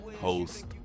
host